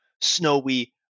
snowy